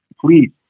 please